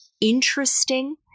interesting